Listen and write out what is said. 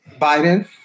Biden